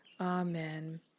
Amen